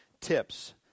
tips